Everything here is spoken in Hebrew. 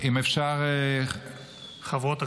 אם אפשר --- חברות הכנסת.